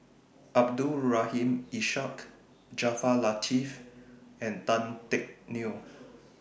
Abdul Rahim Ishak Jaafar Latiff and Tan Teck Neo